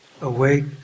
Awake